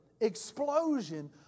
explosion